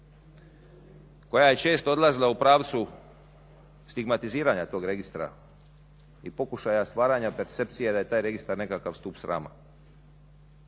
koja je često odlazila u pravcu stigmatiziranja tog registra i pokušaja stvaranja percepcije da je taj registar nekakav stup srama.